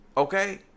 Okay